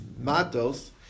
matos